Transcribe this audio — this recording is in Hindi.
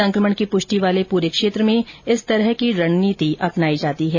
संक्रमण की पुष्टि वाले पूरे क्षेत्र में इस तरह की रणनीति अपनाई जाती है